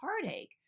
heartache